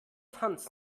tanzen